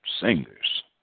singers